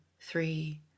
three